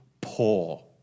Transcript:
poor